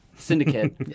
syndicate